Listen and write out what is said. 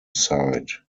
site